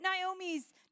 Naomi's